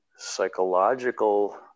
psychological